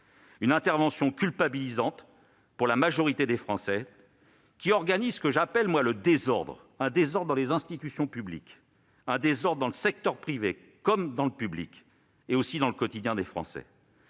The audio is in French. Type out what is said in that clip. d'une intervention culpabilisante pour la majorité des Français, qui organise ce que j'appelle le désordre dans les institutions publiques, dans le secteur privé comme dans le secteur public, dans le quotidien des Français.